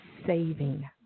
saving